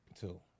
Two